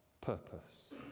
purpose